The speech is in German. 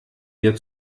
wir